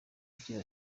agira